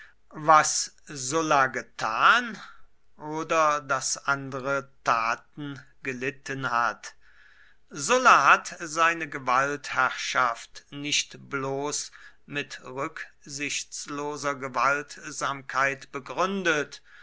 was sulla getan oder das andere taten gelitten hat sulla hat seine gewaltherrschaft nicht bloß mit rücksichtsloser gewaltsamkeit begründet